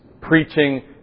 preaching